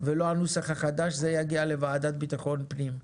ולא הנוסח החדש, זה יגיע לוועדה לביטחון פנים.